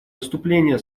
выступления